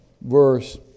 verse